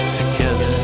together